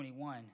21